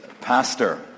pastor